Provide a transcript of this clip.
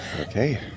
Okay